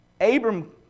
Abram